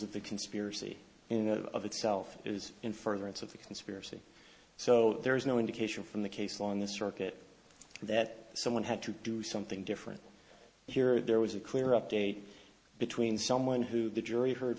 of the conspiracy in that of itself is in furtherance of the conspiracy so there is no indication from the case on the circuit that someone had to do something different here or there was a clear update between someone who the jury heard